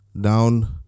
down